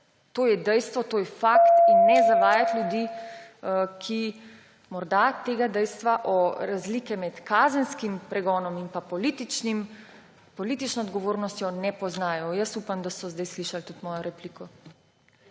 To je dejstvo, to je fakt in ne zavajati ljudi, ki morda tega dejstva o razliki med kazenskim pregonom in politično odgovornostjo ne poznajo. Upam, da so zdaj slišali tudi mojo repliko.